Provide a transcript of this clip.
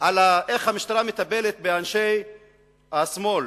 איך המשטרה מטפלת באנשי השמאל